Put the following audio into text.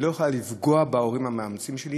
אני לא יכולה לפגוע בהורים המאמצים שלי,